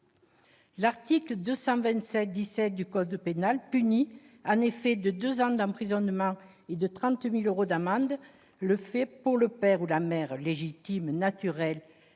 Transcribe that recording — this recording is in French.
L'article 227-17 du code pénal punit en effet de deux ans d'emprisonnement et de 30 000 euros d'amende « le fait, par le père ou la mère légitime, naturel